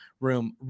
room